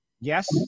Yes